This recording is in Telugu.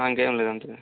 ఇంకేమీ లేదు అంతేనండి